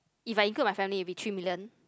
if I include my family it will be three million